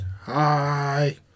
Hi